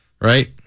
right